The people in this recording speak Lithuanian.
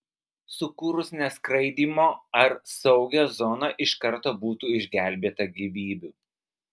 sukūrus neskraidymo ar saugią zoną iš karto būtų išgelbėta gyvybių